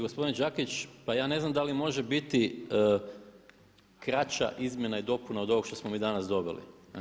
Gospodine Đakić, pa ja ne znam da li može biti kraća izmjena i dopuna od ovog što smo mi danas dobili.